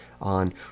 On